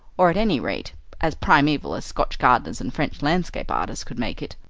or at any rate as primeval as scotch gardeners and french landscape artists could make it.